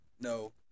No